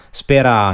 spera